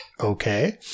okay